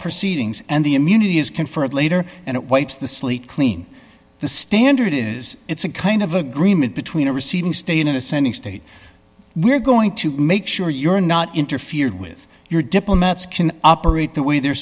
proceedings and the immunity is conferred later and it wipes the slate clean the standard is it's a kind of agreement between a receiving state in an ascending state we're going to make sure you're not interfered with your diplomats can operate the way they're